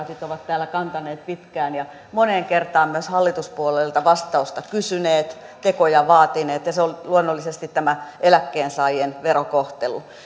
sosialidemokraatit ovat täällä pitkään huolta kantaneet ja mihin moneen kertaan myös hallituspuolueilta vastausta kysyneet tekoja vaatineet ja se on luonnollisesti tämä eläkkeensaajien verokohtelu